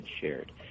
shared